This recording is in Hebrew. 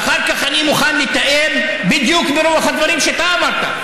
ואחר כך אני מוכן לתאם בדיוק ברוח הדברים שאתה אמרת.